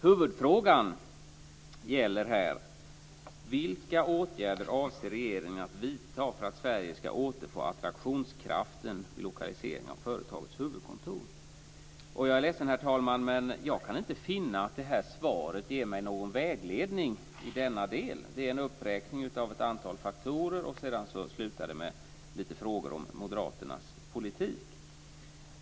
Huvudfrågan gäller här: Vilka åtgärder avser regeringen att vidta för att Sverige ska återfå attraktionskraften vid lokalisering av företagens huvudkontor? Jag är ledsen, herr talman, men jag kan inte finna att det här svaret ger mig någon vägledning i denna del. Det är en uppräkning av ett antal faktorer, och sedan slutar det med frågor om Moderaternas politik.